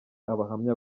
abahamya